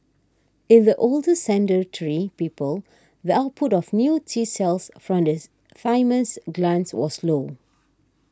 in the older sedentary people the output of new T cells from the thymus glands was low